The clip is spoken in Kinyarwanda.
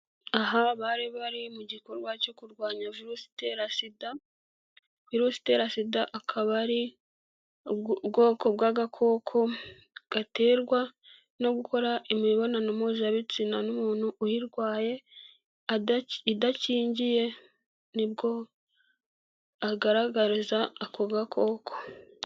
Aha bari bari mu gikorwa cyo kurwanya virusi itera sida, virusi itera sida akaba ari ubwoko bw'agakoko gaterwa no gukora imibonano mpuzabitsina n'umuntu uyirwaye idakingiye. Nibwo agaragariza ako gakoko.